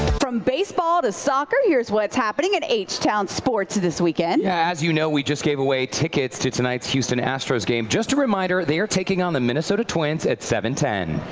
from baseball to soccer, here's what's happening at h-town sports this weekend. as you know, we just gave away tickets to tonight's houston astros game. just a reminder, they have taking on the minnesota twins at seven ten.